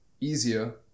easier